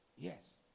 Yes